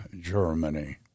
Germany